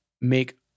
make